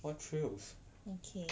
okay